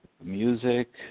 music